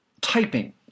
typing